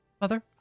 Mother